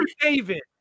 David